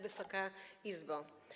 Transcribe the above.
Wysoka Izbo!